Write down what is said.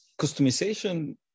customization